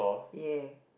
ya